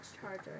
Charger